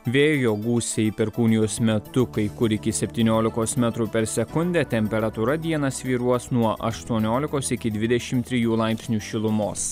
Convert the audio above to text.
vėjo gūsiai perkūnijos metu kai kur iki septyniolikos metrų per sekundę temperatūra dieną svyruos nuo aštuoniolikos iki dvidešimt trijų laipsnių šilumos